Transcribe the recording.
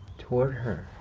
toward her.